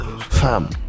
fam